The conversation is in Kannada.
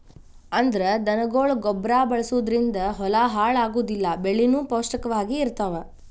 ಅಂದ್ರ ದನಗೊಳ ಗೊಬ್ಬರಾ ಬಳಸುದರಿಂದ ಹೊಲಾ ಹಾಳ ಆಗುದಿಲ್ಲಾ ಬೆಳಿನು ಪೌಷ್ಟಿಕ ವಾಗಿ ಇರತಾವ